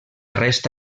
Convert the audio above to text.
resta